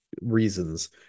reasons